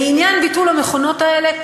לעניין ביטול המכונות האלה,